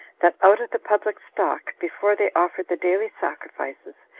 that out of the public stock, before they offered the daily sacrifices,